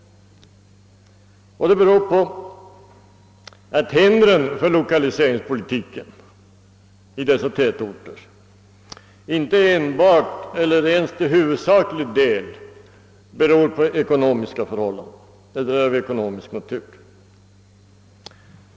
Det beror på att hindren för lokaliseringspolitiken i dessa tätorter inte enbart eller ens till huvudsaklig del är av ekonomisk natur.